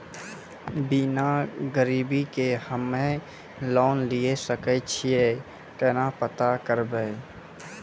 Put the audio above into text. बिना गिरवी के हम्मय लोन लिये सके छियै केना पता करबै?